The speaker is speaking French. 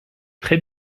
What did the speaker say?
très